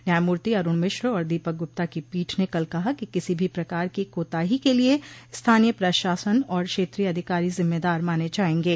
न्यायमूर्ति अरुण मिश्र और दीपक गुप्ता की पीठ ने कल कहा कि किसी भी प्रकार की कोताही के लिए स्थानीय प्रशासन और क्षेत्रीय अधिकारी जिम्मेदार माने जाएंगे